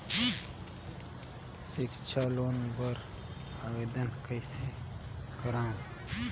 सिक्छा लोन बर आवेदन कइसे करव?